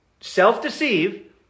self-deceive